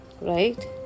Right